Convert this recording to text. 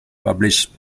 published